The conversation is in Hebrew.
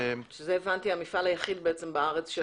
הבנתי שזה המפעל היחיד בארץ.